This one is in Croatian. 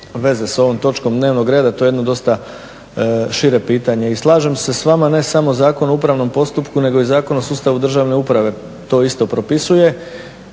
veze sa ovom točkom dnevnog reda, to je jedno dosta šire pitanje. I slažem se s vama ne samo Zakon o upravnom postupku nego i Zakon o sustavu državne uprave to isto propisuje,